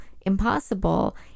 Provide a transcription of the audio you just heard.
impossible